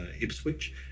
Ipswich